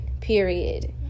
period